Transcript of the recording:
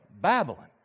Babylon